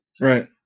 Right